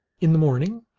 in the morning,